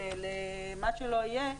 למה שלא יהיה,